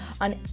on